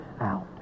out